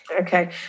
Okay